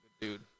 Dude